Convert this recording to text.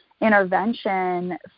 intervention